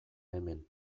hemen